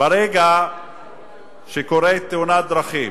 ברגע שקורית תאונת דרכים.